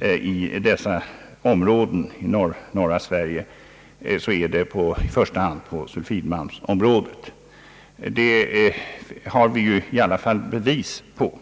inom dessa områden i norra Sve rige så är det i första hand på sulfitmalmens område. Det har vi i alla fall bevis på.